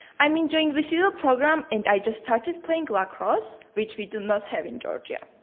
i am enjoying this year's program, and i just started playing lacrosse, which we do not have in georgia.